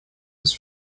his